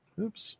Oops